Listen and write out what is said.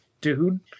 dude